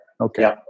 Okay